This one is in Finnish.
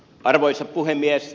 arvoisa puhemies